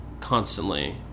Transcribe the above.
Constantly